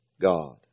God